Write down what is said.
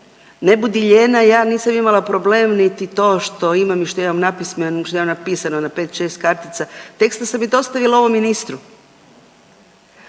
ne bi lijena, ja nisam imala problem niti to što imam i što imam napismeno, što imam napisano na 5, 6 kartica teksta sam i dostavila ovom ministru.